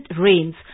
rains